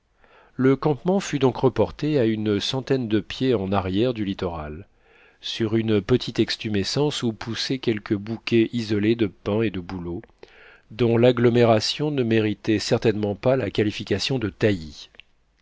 le campement fut donc reporté à une centaine de pieds en arrière du littoral sur une petite extumescence où poussaient quelques bouquets isolés de pins et de bouleaux dont l'agglomération ne méritait certainement pas la qualification de